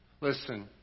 Listen